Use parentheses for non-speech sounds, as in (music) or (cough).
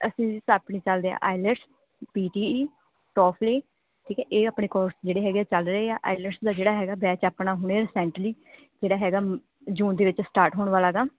ਅਸੀਂ ਜੀ (unintelligible) ਚੱਲਦੇ ਹਾਂ IELTS P T E TOEFL ਠੀਕ ਹੈ ਇਹ ਆਪਣੇ ਕੋਰਸ ਜਿਹੜੇ ਹੈਗੇ ਚੱਲ ਰਹੇ ਆ ਆਈਲੈਟਸ ਦਾ ਜਿਹੜਾ ਹੈਗਾ ਬੈਚ ਆਪਣਾ ਹੁਣੇ ਰੀਸੈਂਟਲੀ ਜਿਹੜਾ ਹੈਗਾ ਜੂਨ ਦੇ ਵਿੱਚ ਸਟਾਰਟ ਹੋਣ ਵਾਲਾ ਗਾ